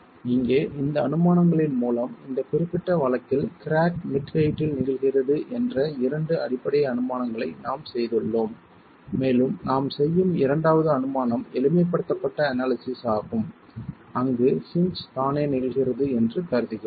இங்கே இந்த அனுமானங்களின் மூலம் இந்த குறிப்பிட்ட வழக்கில் கிராக் மிட் ஹெயிட்டில் நிகழ்கிறது என்ற இரண்டு அடிப்படை அனுமானங்களை நாம் செய்துள்ளோம் மேலும் நாம் செய்யும் இரண்டாவது அனுமானம் எளிமைப்படுத்தப்பட்ட அனாலிசிஸ் ஆகும் அங்கு ஹின்ஜ் தானே நிகழ்கிறது என்று கருதுகிறோம்